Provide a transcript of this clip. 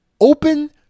open